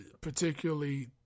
particularly